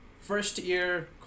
first-year